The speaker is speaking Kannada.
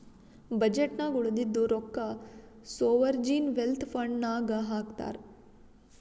ಬಜೆಟ್ ನಾಗ್ ಉಳದಿದ್ದು ರೊಕ್ಕಾ ಸೋವರ್ಜೀನ್ ವೆಲ್ತ್ ಫಂಡ್ ನಾಗ್ ಹಾಕ್ತಾರ್